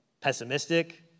pessimistic